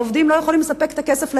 העובדים לא יכולים לתת כסף לילדים.